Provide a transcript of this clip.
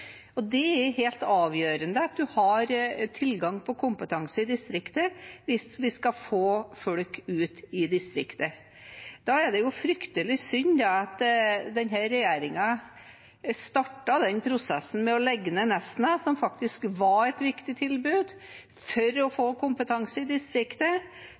studere. Det er helt avgjørende at en har tilgang på kompetanse i distriktet hvis vi skal få folk ut i distriktet. Da er det fryktelig synd at denne regjeringen startet prosessen med å legge ned Nesna, som faktisk var et viktig tilbud for å få kompetanse i distriktet,